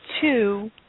two